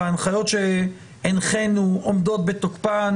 ההנחיות שהנחנו עומדות בתוקפן.